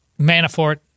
Manafort